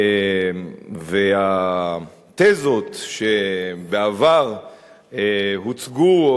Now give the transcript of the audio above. התזות שבעבר הוצגו,